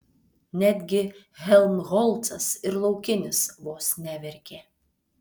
netgi helmholcas ir laukinis vos neverkė